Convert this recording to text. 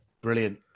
Brilliant